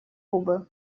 кубы